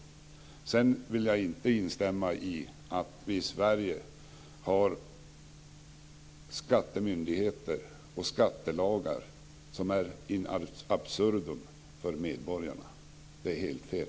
Jag vill inte instämma i att vi i Sverige har skattemyndigheter och skattelagar som fungerar in absurdum för medborgarna. Det är helt fel.